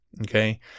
okay